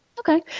Okay